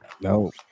No